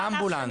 לאמבולנס.